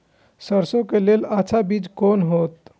सरसों के लेल अच्छा बीज कोन होते?